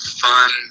fun